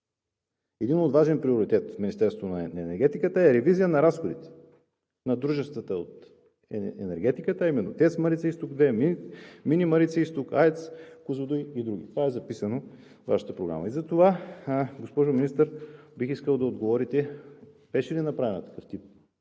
Един важен приоритет за Министерството на енергетиката е ревизия на разходите на дружествата от енергетиката, а именно ТЕЦ „Марица изток 2“, „Мини Марица-изток“, АЕЦ „Козлодуй“ и други. Това е записано във Вашата програма. Затова, госпожо Министър, бих искал да отговорите: беше ли направен такъв тип